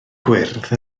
gwyrdd